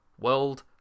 World